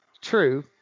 True